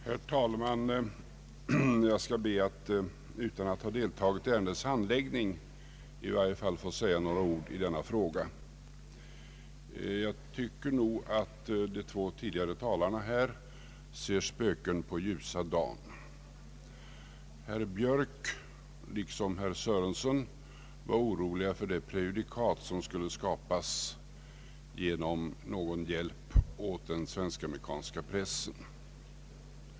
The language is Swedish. Herr talman! Utan att ha deltagit i ärendets handläggning skall jag be att få säga några ord i denna fråga. Jag tycker att de två tidigare talarna ser spöken på ljusa dagen. Herr Björk var liksom herr Sörenson orolig för de prejudikat som skulle skapas genom en hjälp åt den svensk-amerikanska pressen.